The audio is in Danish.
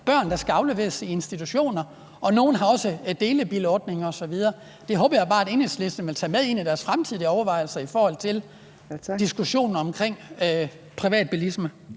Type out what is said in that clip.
børn, der skal afleveres i institution, og nogle har også delebilordninger osv. Det håber jeg bare at Enhedslisten vil tage med ind i deres fremtidige overvejelser i diskussionerne om privatbilisme.